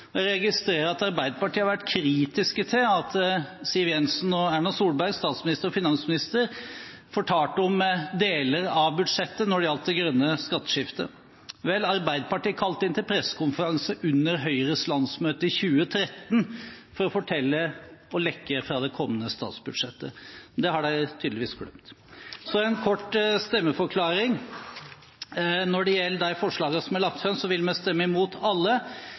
Jeg registrerer at Arbeiderpartiet har vært kritiske til at Siv Jensen og Erna Solberg, finansministeren og statsministeren, fortalte om deler av budsjettet som gjaldt det grønne skatteskiftet. Vel, Arbeiderpartiet kalte inn til pressekonferanse under Høyres landsmøte i 2013 for å fortelle og lekke fra det kommende statsbudsjettet. Det har de tydeligvis glemt. En kort stemmeforklaring: Når det gjelder de forslagene som er lagt fram, vil vi stemme imot alle.